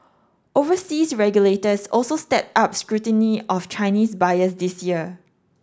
overseas regulators also stepped up scrutiny of Chinese buyers this year